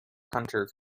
hunter